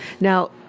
Now